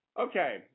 Okay